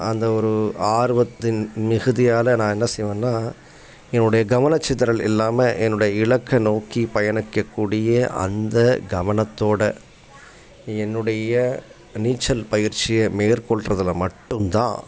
அந்த ஒரு ஆர்வத்தின் மிகுதியால் நான் என்ன செய்வேன்னா என்னுடைய கவனச்சிதறல் இல்லாமல் என்னுடைய இலக்கை நோக்கி பயணிக்கக் கூடிய அந்த கவனத்தோட என்னுடைய நீச்சல் பயிற்சியை மேற்கொள்றதில் மட்டும்தான்